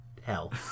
hell